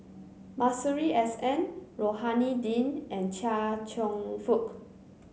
Masuri S N Rohani Din and Chia Cheong Fook